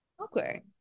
okay